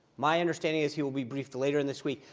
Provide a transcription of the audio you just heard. my understanding is he will be briefed later in this week.